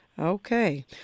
Okay